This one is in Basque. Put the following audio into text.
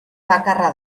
bakarra